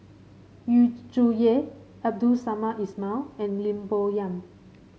Yu Zhuye Abdul Samad Ismail and Lim Bo Yam